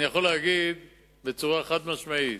אני יכול להגיד בצורה חד-משמעית,